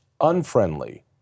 Unfriendly